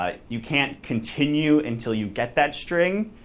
ah you can't continue until you get that string.